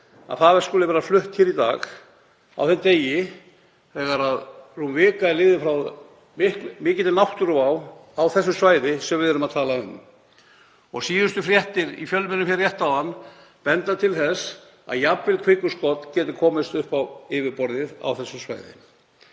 mánuði, skuli vera flutt hér í dag á þeim degi þegar rúm vika er liðin frá mikilli náttúruvá á því svæði sem við erum að tala um. Síðustu fréttir í fjölmiðlum hér rétt áðan benda til þess að kvikuskot geti jafnvel komist upp á yfirborðið á þessu svæði.